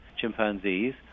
chimpanzees